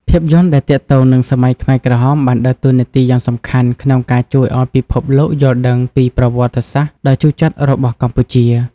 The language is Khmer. ភាពយន្តដែលទាក់ទងនឹងសម័យខ្មែរក្រហមបានដើរតួនាទីយ៉ាងសំខាន់ក្នុងការជួយឲ្យពិភពលោកយល់ដឹងពី ប្រវត្តិសាស្ត្រដ៏ជូរចត់របស់កម្ពុជា